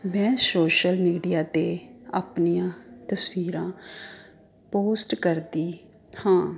ਮੈਂ social media 'ਤੇ ਆਪਣੀਆਂ ਤਸਵੀਰਾਂ ਪੋਸਟ ਕਰਦੀ ਹਾਂ